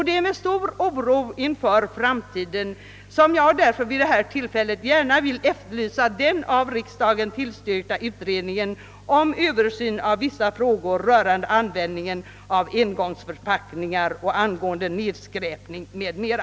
Det är med stor oro inför framtiden som jag därför vid detta tillfälle gärna vill efterlysa den av riksdagen tillstyrkta utredningen om översyn av vissa frågor rörande anordningen av engångsförpackningar och angående nedskräpning m.m.